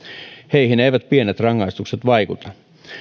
heihin eivät pienet rangaistukset vaikuta